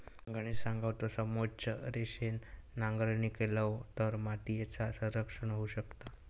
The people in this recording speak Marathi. गणेश सांगा होतो, समोच्च रेषेन नांगरणी केलव तर मातीयेचा संरक्षण होऊ शकता